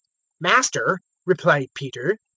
master, replied peter,